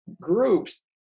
groups